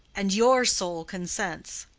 and your soul consents.